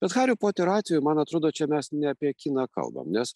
bet hario poterio atveju man atrodo čia mes ne apie kiną kalbam nes